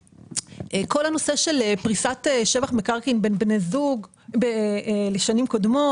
הנושא של פריסת שבע מקרקעין לשנים קודמות